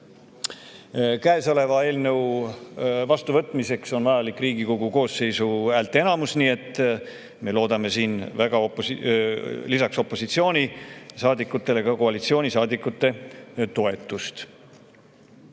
vastu. Eelnõu vastuvõtmiseks on vajalik Riigikogu koosseisu häälteenamus, nii et me loodame siin lisaks opositsioonisaadikutele ka koalitsioonisaadikute toetust.